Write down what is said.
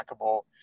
trackable